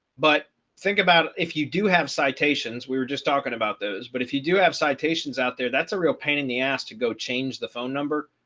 but think about if you do have citations, we were just talking about those. but if you do have citations out there, that's a real pain in the ass to go change the phone number.